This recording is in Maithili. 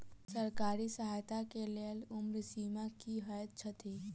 सरकारी सहायता केँ लेल उम्र सीमा की हएत छई?